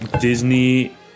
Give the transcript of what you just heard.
Disney